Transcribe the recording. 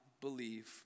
believe